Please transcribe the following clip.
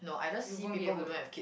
you won't be able to